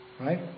right